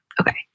Okay